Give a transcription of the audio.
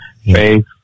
faith